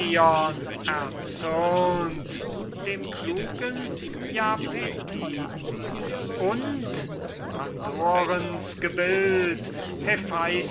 erzürnt dem klugen japetiden und pandorens gebild